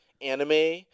anime